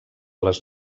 les